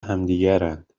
همدیگرند